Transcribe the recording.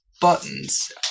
buttons